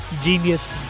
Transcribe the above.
Genius